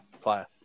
player